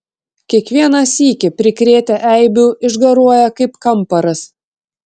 kiekvieną sykį prikrėtę eibių išgaruoja kaip kamparas